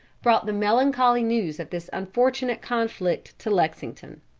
brought the melancholy news of this unfortunate conflict to lexington.